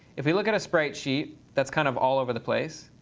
if we look at a spreadsheet that's kind of all over the place.